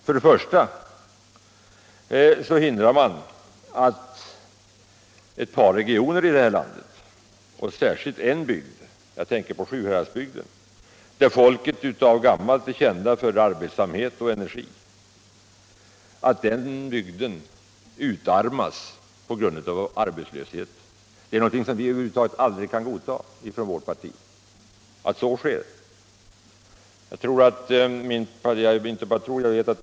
För det första hindrar man att ett par regioner i det här landet — särskilt en bygd; jag tänker på Sjuhäradsbygden där folket sedan gammalt är känt för arbetsamhet och energi — utarmas på grund av arbetslöshet. I vårt parti kan vi aldrig någonsin godta att sådant sker.